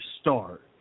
start